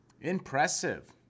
Impressive